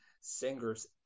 singers